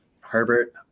herbert